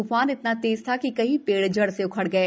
तूफान इतना तेज था कि कई पेड़ जड़ से उखड़ गए